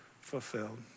fulfilled